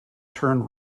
turn